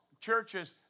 churches